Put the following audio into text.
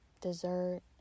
dessert